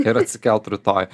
ir atsikelt rytoj